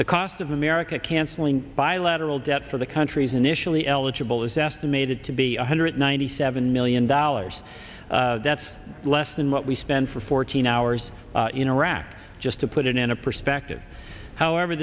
the cost of america canceling bilateral debt for the countries initially eligible is estimated to be one hundred ninety seven million dollars that's less than what we spent for fourteen hours in iraq just to put it in a perspective however